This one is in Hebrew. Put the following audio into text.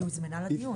היא הוזמנה לדיון.